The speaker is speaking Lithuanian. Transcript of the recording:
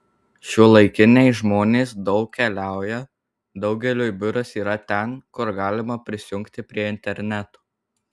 šiuolaikiniai žmonės daug keliauja daugeliui biuras yra ten kur galima prisijungti prie interneto